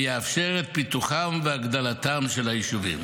ויאפשר את פיתוחם והגדלתם של היישובים.